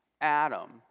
Adam